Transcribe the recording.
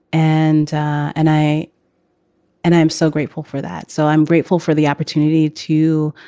and and i and i'm so grateful for that. so i'm grateful for the opportunity to